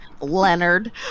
Leonard